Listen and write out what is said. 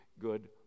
good